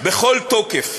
בכל תוקף.